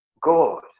god